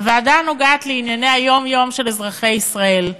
הוועדה נוגעת בענייני היום-יום של אזרחי ישראל: